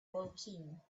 woking